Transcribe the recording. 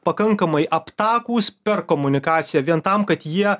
pakankamai aptakūs per komunikaciją vien tam kad jie